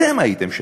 אתם הייתם שם.